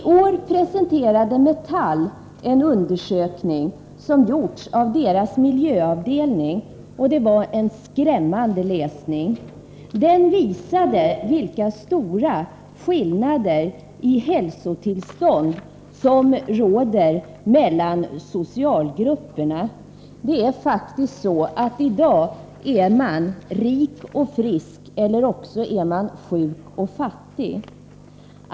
I år presenterade Metall en undersökning som gjorts av dess miljöavdelning. Det var en skrämmande läsning. Den visade vilka stora skillnader som råder mellan socialgrupperna när det gäller hälsotillstånd. Det är faktiskt så att i dag är man rik och frisk, eller också är man sjuk och fattig.